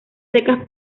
secas